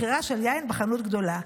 מכירה של יין בחנות גדולה.